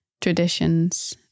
traditions